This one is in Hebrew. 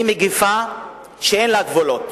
הגזענות היא מגפה שאין לה גבולות.